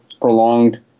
prolonged